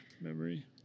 memory